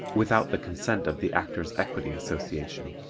without the consent of the actors' equity association.